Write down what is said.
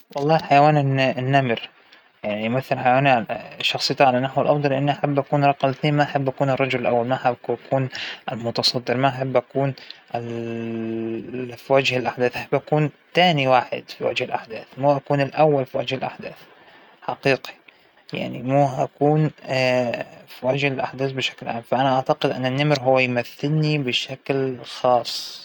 إى أعتقد إنه فى فرق بين الثقة والإيمان، إنه كل شى أنا مؤمنة فى واثقة فيه، لكن مو كل شى أنا واثقة فيه مؤمنة إنه هو مؤمنة فى إنه أنا واثقة إن باب الغرفة بيضل مسكر لو ما فى حدا فتحه، لكن مو بشرط إنه يضل مسكر، ممكن يتكسر خلاص.